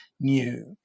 new